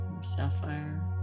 sapphire